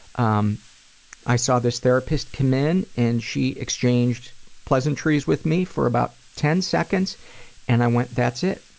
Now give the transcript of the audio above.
um i saw this therapist come in and she exchanged pleasantries with me for about ten seconds and i went, that's it.